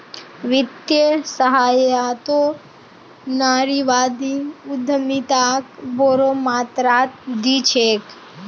वित्तीय सहायताओ नारीवादी उद्यमिताक बोरो मात्रात दी छेक